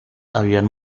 habían